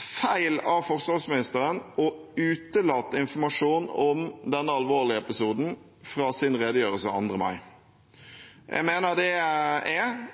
feil av forsvarsministeren å utelate informasjon om denne alvorlige episoden i sin redegjørelse 2. mai. Jeg mener det er